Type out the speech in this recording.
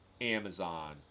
Amazon